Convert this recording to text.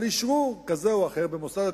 אבל אשרור כזה או אחר במוסד התכנון,